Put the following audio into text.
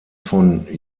von